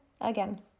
again